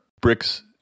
bricks